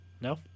No